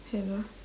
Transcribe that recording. hello